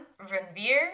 Ranbir